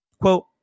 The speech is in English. quote